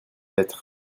lettre